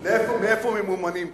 תיכף אגיע לזה, מאיפה ממומנים כולם.